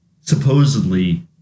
supposedly